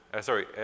sorry